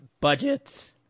budgets